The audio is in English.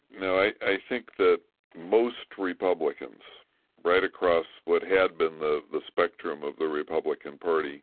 now, i i think that most republicans right across what had been the the spectrum of the republican party